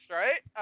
right